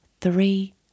three